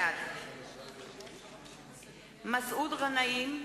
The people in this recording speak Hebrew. בעד מסעוד גנאים,